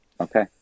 Okay